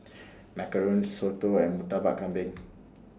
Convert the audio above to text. Macarons Soto and Murtabak Kambing